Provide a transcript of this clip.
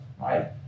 right